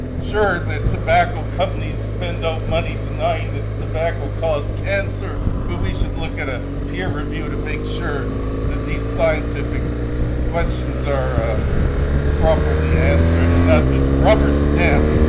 sure, the tobacco companies spend out money, denying that tobacco caused cancer, but we should look at a peer review to make sure that these scientific questions are properly answered and not just rubber-stamped,